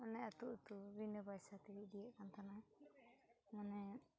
ᱢᱟᱱᱮ ᱟᱹᱛᱩ ᱟᱹᱛᱩ ᱵᱤᱱᱟᱹ ᱯᱟᱭᱥᱟ ᱛᱮ ᱤᱫᱤᱭᱮᱫ ᱠᱟᱱ ᱛᱟᱦᱮᱱᱟᱭ ᱢᱟᱱᱮ